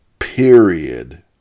Period